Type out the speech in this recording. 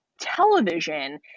television